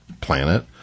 planet